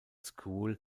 school